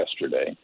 yesterday